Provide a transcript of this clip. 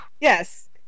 Yes